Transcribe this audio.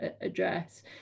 address